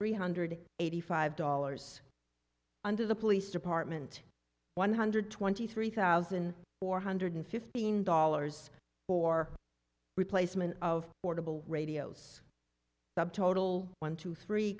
three hundred eighty five dollars under the police department one hundred twenty three thousand four hundred fifteen dollars for replacement of portable radios subtotal one two three